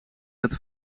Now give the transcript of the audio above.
dat